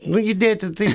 nu judėti tai